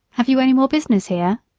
have you any more business here?